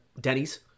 Denny's